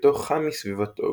בהיותו חם מסביבתו,